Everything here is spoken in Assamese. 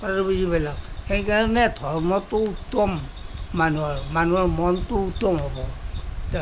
কথাটো বুলি পালে সেইকাৰণে ধৰ্মটো উত্তম মানুহৰ মানুহৰ মনটো উত্তম হ'ব